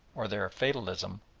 or their fatalism,